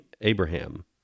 Abraham